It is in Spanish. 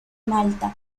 malta